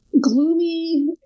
gloomy